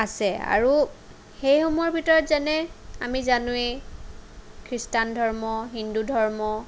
আছে আৰু সেই সময়ৰ ভিতৰত যেনে আমি জানোৱেই খ্ৰীষ্টান ধৰ্ম হিন্দু ধৰ্ম